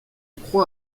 croit